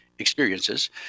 experiences